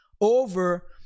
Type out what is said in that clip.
over